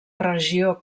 regió